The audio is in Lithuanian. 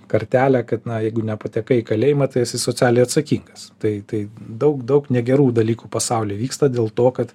kartelę kad na jeigu nepatekai į kalėjimą tai esi socialiai atsakingas tai tai daug daug negerų dalykų pasauly vyksta dėl to kad